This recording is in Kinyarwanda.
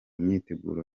myiteguro